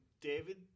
David